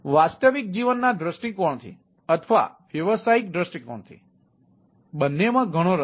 વાસ્તવિક જીવનના દૃષ્ટિકોણથી અથવા વ્યવસાયિક દૃષ્ટિકોણથી બંને માં ઘણો રસ છે